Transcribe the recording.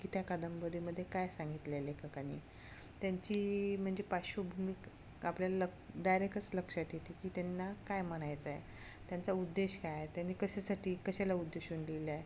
की त्या कादंबरीमध्ये काय सांगितलं आहे लेखकानी त्यांची म्हणजे पार्श्वभूमी क आपल्याला लक डायरेकच लक्षात येते की त्यांना काय म्हणायचं आहे त्यांचा उद्देश काय आहे त्यांनी कशासाठी कशाला उद्देशून लिहिलं आहे